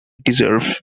deserve